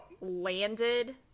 landed